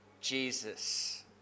Jesus